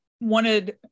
wanted